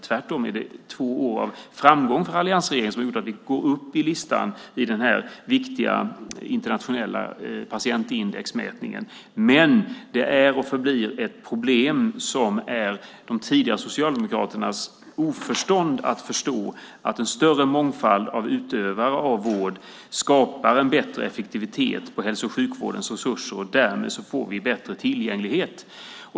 Tvärtom är det två år av framgång för alliansregeringen som har gjort att vi går upp i listan i den här viktiga internationella patientindexmätningen. Men det är och förblir ett problem, som beror på de tidigare Socialdemokraternas oförmåga att förstå att en större mångfald av utövare av vård skapar en bättre effektivitet av hälso och sjukvårdens resurser och därmed bättre tillgänglighet.